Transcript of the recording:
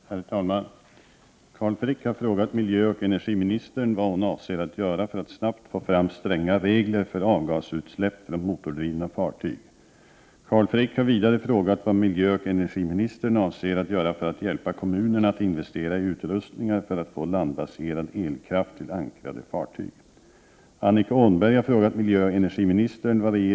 Herr talman! Carl Frick har frågat miljöoch energiministern vad hon avser att göra för att snabbt få fram stränga regler för avgasutsläpp från motordrivna fartyg. Carl Frick har vidare frågat vad miljöoch energiministern avser att göra för att hjälpa kommuner att investera i utrustningar för att få landbaserad elkraft till ankrade fartyg.